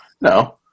No